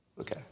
Okay